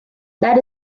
that